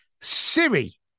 Siri